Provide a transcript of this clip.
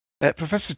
Professor